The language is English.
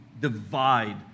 divide